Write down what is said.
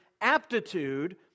aptitude